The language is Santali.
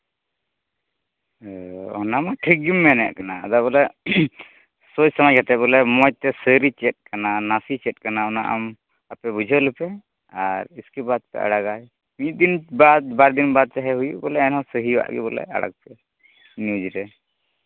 ᱦᱮᱸ ᱚᱱᱟ ᱢᱟ ᱴᱷᱤᱠᱜᱮᱢ ᱢᱮᱱᱮᱫ ᱠᱟᱱᱟ ᱟᱫᱚ ᱵᱚᱞᱮ ᱥᱚᱦᱤ ᱥᱟᱶᱟᱭ ᱠᱟᱛᱮᱫ ᱵᱚᱞᱮ ᱢᱚᱡᱽ ᱛᱮ ᱥᱟᱹᱨᱤ ᱪᱮᱫ ᱠᱟᱱᱟ ᱱᱟᱥᱮ ᱪᱮᱫ ᱠᱟᱱᱟ ᱚᱱᱟ ᱟᱢ ᱟᱯᱮ ᱵᱩᱡᱷᱟᱹᱣ ᱞᱮᱯᱮ ᱟᱨ ᱤᱥᱠᱮ ᱵᱟᱫᱽ ᱟᱲᱟᱜᱟ ᱢᱤᱫ ᱫᱤᱱ ᱵᱟᱫᱽ ᱵᱟᱨ ᱫᱤᱱ ᱵᱟᱫᱽ ᱪᱟᱦᱮ ᱦᱩᱭᱩᱜ ᱵᱚᱞᱮ ᱮᱱᱦᱚᱸ ᱥᱟᱹᱦᱤᱭᱟᱜ ᱜᱮ ᱵᱚᱞᱮ ᱟᱲᱟᱜᱽ ᱯᱮ ᱱᱤᱭᱩᱡᱽ ᱨᱮ